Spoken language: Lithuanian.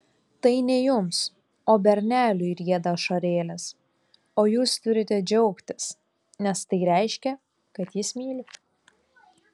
tai ne jums o berneliui rieda ašarėlės o jūs turite džiaugtis nes tai reiškia kad jis myli